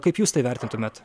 kaip jūs tai vertintumėt